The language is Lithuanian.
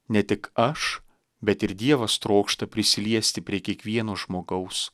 ne tik aš bet ir dievas trokšta prisiliesti prie kiekvieno žmogaus